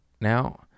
now